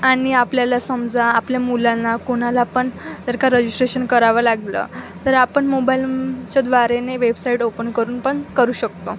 आणि आपल्याला समजा आपल्या मुलांना कोणाला पण जर का रजिस्ट्रेशन करावं लागलं तर आपण मोबाईलच्या द्वारेने वेबसाईट ओपन करून पण करू शकतो